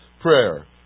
prayer